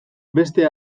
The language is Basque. beste